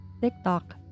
TikTok